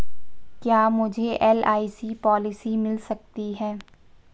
क्या मुझे LIC policy मिल सकती है?